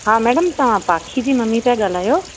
हा मैडम तव्हां पाखी जी मम्मी पिया ॻाल्हायो